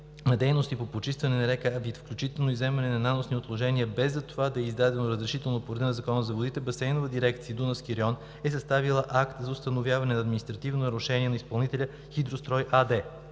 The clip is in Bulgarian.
дейности по почистване на река Вит, включително изземване на наносни отложения, без за това да е издадено разрешително по реда на Закона за водите, Басейнова дирекция „Дунавски район“ е съставила акт за установяване на административно нарушение на изпълнителя „Хидрострой“ АД.